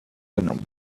linen